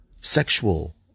sexual